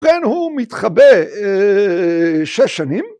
‫ופה הוא מתחבא שש שנים.